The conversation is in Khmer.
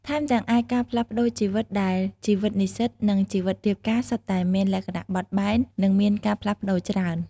ថែមទាំងអាចការផ្លាស់ប្តូរជីវិតដែល ជីវិតនិស្សិត និងជីវិតរៀបការសុទ្ធតែមានលក្ខណៈបត់បែន និងមានការផ្លាស់ប្តូរច្រើន។